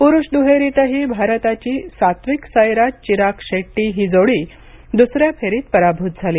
पुरुष दुहेरीतही भारताची सात्विक साईराज चिराग शेट्टी जोडी दुसऱ्या फेरीत पराभूत झाली